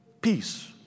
peace